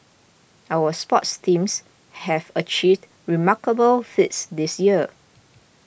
our sports teams have achieved remarkable feats this year